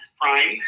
Prime